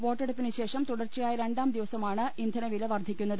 വോട്ടെടുപ്പിന് ശേഷം തുടർച്ചയായ രണ്ടാം ദിവസമാണ് ഇന്ധന വില വർദ്ധി ക്കുന്നത്